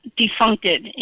defuncted